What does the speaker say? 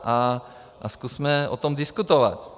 A zkusme o tom diskutovat.